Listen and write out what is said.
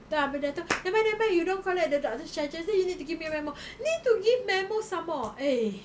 tak abeh dia kata nevermind nevermind you don't collect the doctor's charges then you need to give me a memo need to give memo some more eh